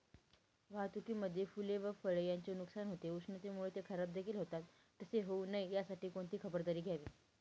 वाहतुकीमध्ये फूले व फळे यांचे नुकसान होते, उष्णतेमुळे ते खराबदेखील होतात तसे होऊ नये यासाठी कोणती खबरदारी घ्यावी?